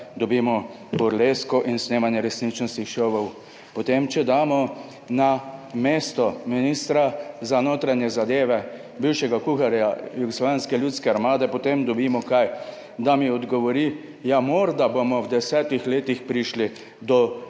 Dobimo burlesko in snemanje resničnostnih šovov. Potem, če damo na mesto ministra za notranje zadeve bivšega kuharja Jugoslovanske ljudske armade, potem dobimo kaj, da mi odgovori: "Ja, morda bomo v desetih letih prišli do